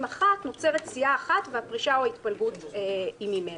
אחת נוצרת סיעה אחת והפרישה או ההתפלגות היא ממנה.